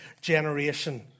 generation